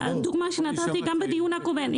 הדוגמה שנתתי גם בדיון הקודם,